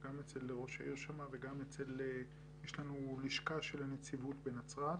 גם אצל ראש העיר וגם יש לנו לשכה של הנציבות בנצרת.